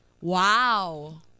Wow